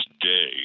day